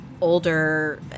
older